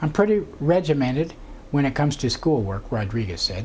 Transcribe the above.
and pretty regimented when it comes to school work rodriguez said